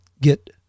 get